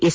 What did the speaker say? S